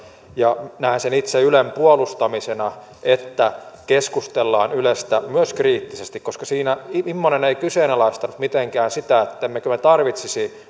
ja näen sen itse ylen puolustamisena että keskustellaan ylestä myös kriittisesti immonen ei kyseenalaista mitenkään sitä ettemmekö me tarvitsisi